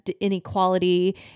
inequality